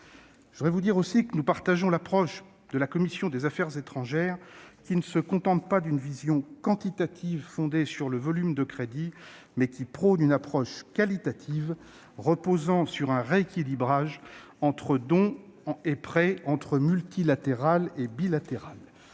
s'étend jusqu'à 2030. Nous partageons l'approche de la commission des affaires étrangères, qui ne se contente pas d'une vision quantitative fondée sur le volume de crédits, mais qui prône une approche qualitative reposant sur un rééquilibrage entre dons et prêts et entre multilatéral et bilatéral.